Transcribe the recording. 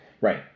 Right